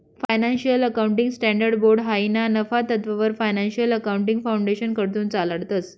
financial accounting standards board हायी ना नफा तत्ववर फायनान्शियल अकाउंटिंग फाउंडेशनकडथून चालाडतंस